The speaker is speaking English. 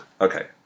Okay